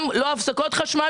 שלא יהיו הפסקות חשמל